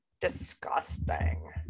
disgusting